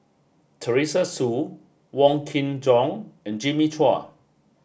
Teresa Hsu Wong Kin Jong and Jimmy Chua